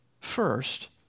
First